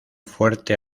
fuerte